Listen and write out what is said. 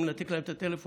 אני מנתק להם את הטלפון,